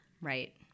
Right